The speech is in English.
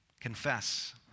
Confess